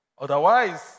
Otherwise